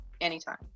anytime